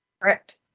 Correct